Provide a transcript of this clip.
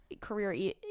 career